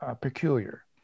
peculiar